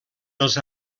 dels